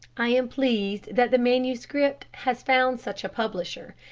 i am pleased that the manuscript has found such a publisher,